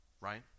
Right